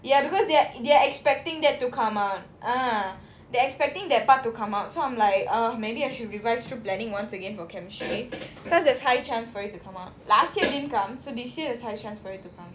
ya because they are they are expecting that to come out ah they expecting that part to come out so I'm like uh maybe I should revise through planning once again for chemistry because there's high chance for it to come out last year didn't come so this year it's high chance for it to come